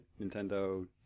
Nintendo